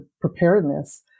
preparedness